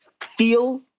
feel